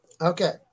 Okay